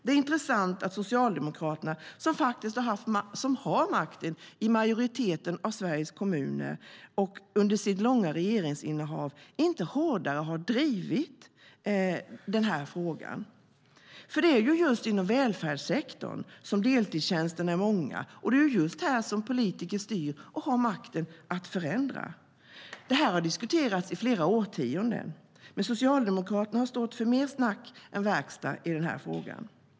Det är intressant att Socialdemokraterna, som har makten i en majoritet av Sveriges kommuner, inte hårdare har drivit den här frågan under sitt långa regeringsinnehav. Det är ju just inom välfärdssektorn som deltidstjänsterna är många, och det är just här som politiker styr och har makten att förändra. Det här har diskuterats i flera årtionden, men Socialdemokraterna har stått för mer snack än verkstad i den här frågan.